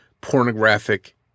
pornographic